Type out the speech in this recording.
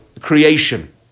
creation